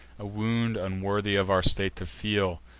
a wound unworthy of our state to feel,